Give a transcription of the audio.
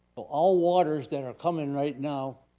all waters that are coming right now,